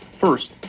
First